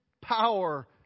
power